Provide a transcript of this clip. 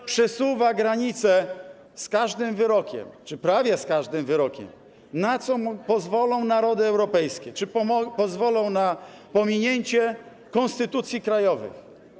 On przesuwa granice z każdym wyrokiem czy prawie z każdym wyrokiem - na co pozwolą mu narody europejskie, czy pozwolą na pominięcie konstytucji krajowych.